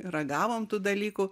ragavom tų dalykų